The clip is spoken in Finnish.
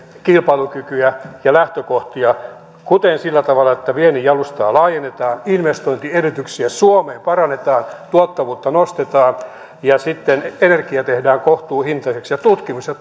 kilpailukykyä ja lähtökohtia kuten sillä tavalla että viennin jalustaa laajennetaan investointiedellytyksiä suomeen parannetaan tuottavuutta nostetaan ja sitten energia tehdään kohtuuhintaiseksi ja tutkimukseen ja